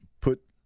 put